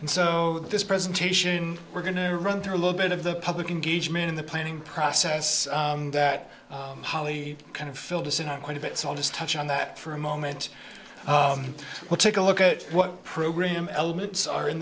and so this presentation we're going to run through a little bit of the public engagement in the planning process that holly kind of filled us in on quite a bit so i'll just touch on that for a moment we'll take a look at what program elements are in